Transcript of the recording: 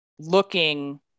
looking